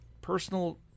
personal